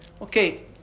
okay